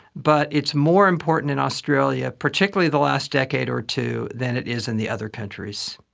but it's more important in australia, particularly the last decade or two, than it is in the other countries.